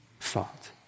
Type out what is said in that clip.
thought